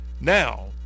now